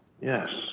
Yes